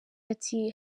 ati